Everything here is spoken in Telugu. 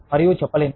మరియు చెప్పలేను